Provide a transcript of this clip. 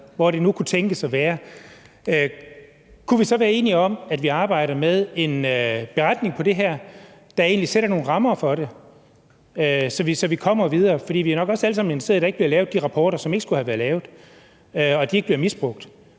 hvor det nu kunne tænkes at der var. Kunne vi dog være enige om, at vi arbejder med en beretning om det her, der egentlig sætter nogle rammer for det, så vi kommer videre? For vi er nok også alle sammen interesseret i, at der ikke bliver lavet de rapporter, som ikke skulle have været lavet, og at de, der bliver lavet,